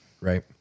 right